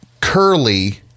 curly